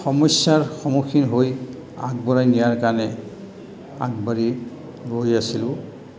সমস্যাৰ সন্মুখীন হৈ আগবঢ়াই নিয়াৰ কাৰণে আগবাঢ়ি গৈ আছিলোঁ